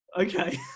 Okay